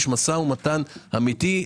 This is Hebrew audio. יש משא ומתן אמיתי.